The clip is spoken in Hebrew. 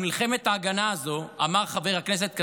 על מלחמת ההגנה הזו אמר חבר הכנסת כסיף,